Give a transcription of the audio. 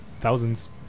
thousands